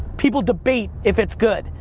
people debate if it's good,